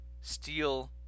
steal